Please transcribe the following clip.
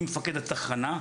עם מפקד התחנה,